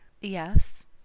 yes